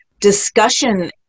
discussion